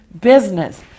business